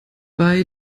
bei